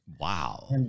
Wow